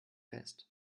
fest